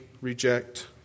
reject